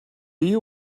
you